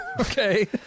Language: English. Okay